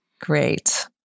Great